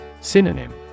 Synonym